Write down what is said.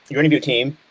your interview team,